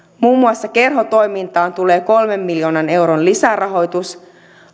muun muassa kerhotoimintaan tulee kolmen miljoonan euron lisärahoitus